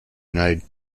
united